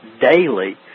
daily